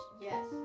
Yes